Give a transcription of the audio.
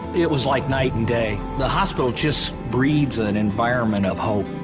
it was like night and day. the hospital just breeds an environment of hope.